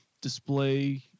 display